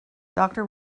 doctor